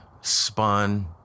spun